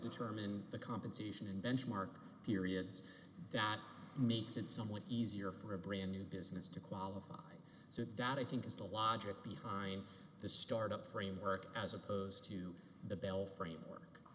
determine the compensation in benchmark periods that makes it somewhat easier for a brand new business to qualify so that i think is the logic behind the start up framework as opposed to the bell framework